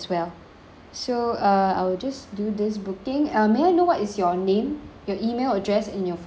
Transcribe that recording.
so uh I will just do this booking um may I know what is your name your E mail address and your phone number